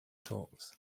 talks